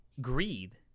greed